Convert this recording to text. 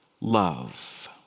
love